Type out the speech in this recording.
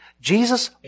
Jesus